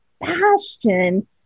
bastion